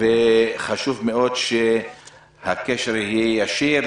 וחשוב מאוד שהקשר יהיה ישיר.